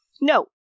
No